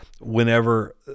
whenever